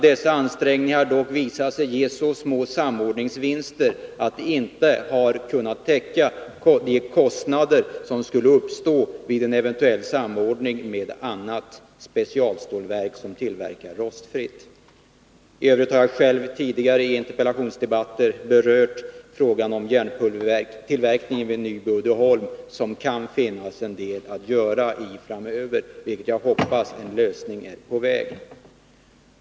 Dessa ansträngningar har dock visat sig ge så små samordningsvinster att de inte täcker de kostnader som skulle uppstå vid en eventuell samordning med annat specialstålverk som tillverkar rostfritt. I övrigt har jag själv tidigare i interpellationsdebatter berört frågan om järnpulvertillverkningen vid Nyby Uddeholm som det kan finnas anledning att göra en del åt framöver. Jag hoppas att en lösning är på väg.